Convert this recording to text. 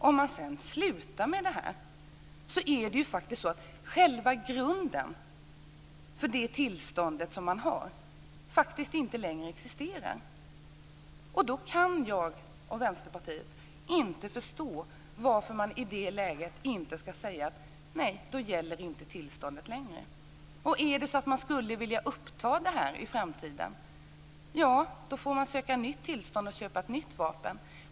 Om personen sedan slutar med det existerar ju inte längre själva grunden för det tillstånd han eller hon har. I det läget kan jag och Vänsterpartiet inte förstå varför man inte ska säga: Nej, nu gäller inte tillståndet längre. Skulle personen vilja uppta tävlandet i framtiden får han eller hon söka tillstånd och köpa ett nytt vapen.